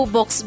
Box